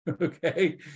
Okay